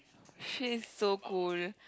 she is so cool